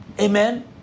Amen